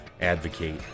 advocate